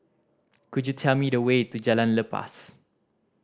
could you tell me the way to Jalan Lepas